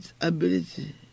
ability